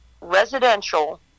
residential